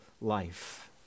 life